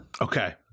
Okay